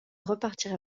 repartir